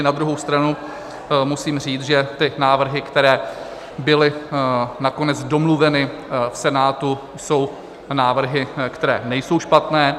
Na druhou stranu musím říct, že návrhy, které byly nakonec domluveny v Senátu, jsou návrhy, které nejsou špatné.